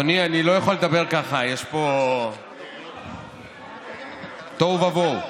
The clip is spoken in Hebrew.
אדוני, אני לא יכול לדבר כך, יש פה תוהו ובוהו.